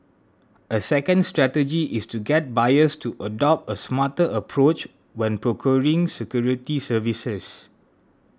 a second strategy is to get buyers to adopt a smarter approach when procuring security services